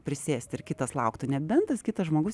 prisėsti ir kitas lauktų nebent tas kitas žmogus irgi yra